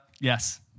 Yes